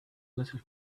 little